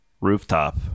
rooftop